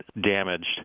damaged